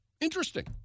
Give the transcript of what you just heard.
interesting